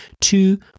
two